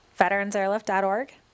VeteransAirlift.org